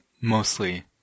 mostly